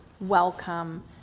welcome